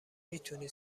میتونی